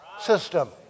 system